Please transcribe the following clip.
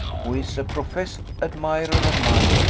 who is a professed admirer of mine,